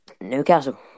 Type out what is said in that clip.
Newcastle